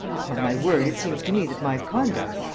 upon my word, it seems to me that my conduct.